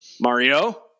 Mario